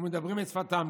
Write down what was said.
שמדברים את שפתם,